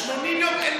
80 יום אין,